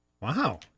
Wow